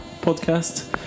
podcast